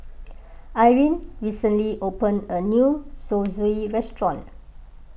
Irine recently opened a new Zosui restaurant